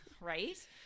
Right